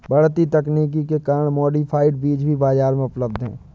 बढ़ती तकनीक के कारण मॉडिफाइड बीज भी बाजार में उपलब्ध है